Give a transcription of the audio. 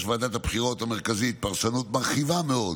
ועדת הבחירות המרכזית פרשנות מרחיבה מאוד